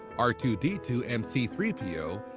r two d two and c three po,